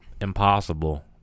impossible